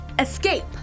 Escape